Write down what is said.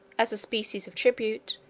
as a species of tribute,